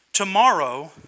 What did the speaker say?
Tomorrow